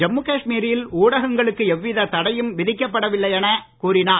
ஜம்மு காஷ்மீரில் ஊடகங்களுக்கு எந்தவித தடையும் விதிக்கப்படவில்லை என கூறினார்